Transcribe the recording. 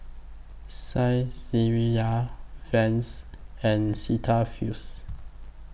Saizeriya Vans and Cetaphil's